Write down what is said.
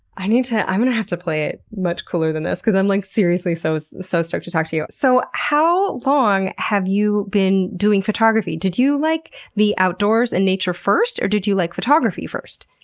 i need to, i'm going to have to play it much cooler than this because i'm like seriously so so so stoked to talk to you. so how long have you been doing photography? did you like the outdoors and nature first, or did you like photography first?